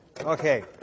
Okay